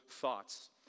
thoughts